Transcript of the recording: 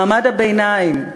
מעמד הביניים.